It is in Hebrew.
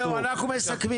זהו, אנחנו מסכמים.